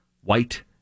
white